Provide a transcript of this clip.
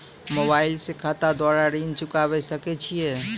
Mobile से खाता द्वारा ऋण चुकाबै सकय छियै?